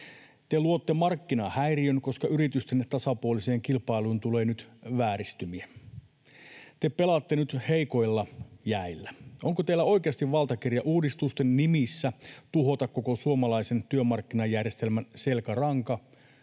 Te luotte markkinahäiriön, koska yritysten tasapuoliseen kilpailuun tulee nyt vääristymiä. Te pelaatte nyt heikoilla jäillä. Onko teillä oikeasti valtakirja uudistusten nimissä tuhota koko suomalaisen työmarkkinajärjestelmän selkäranka